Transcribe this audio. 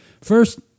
First